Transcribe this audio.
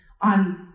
on